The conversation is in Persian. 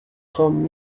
خوام